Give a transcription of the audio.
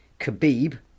Khabib